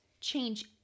change